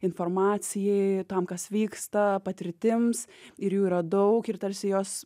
informacijai tam kas vyksta patirtims ir jų yra daug ir tarsi jos